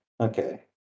okay